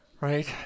Right